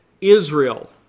Israel